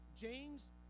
James